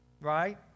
right